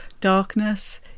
darkness